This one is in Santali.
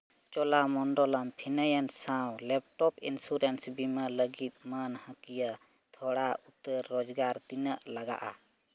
ᱪᱳᱞᱟᱢᱚᱱᱰᱚᱞᱟᱢ ᱯᱷᱟᱭᱱᱟᱱᱥ ᱥᱟᱶ ᱞᱮᱯᱴᱚᱯ ᱤᱱᱥᱩᱨᱮᱱᱥ ᱵᱤᱢᱟᱹ ᱞᱟᱹᱜᱤᱫ ᱢᱟᱹᱱᱦᱟᱹᱠᱤᱭᱟᱹ ᱛᱷᱚᱲᱟ ᱩᱛᱟᱹᱨ ᱨᱳᱡᱽᱜᱟᱨ ᱛᱤᱱᱟᱹᱜ ᱞᱟᱜᱟᱜᱼᱟ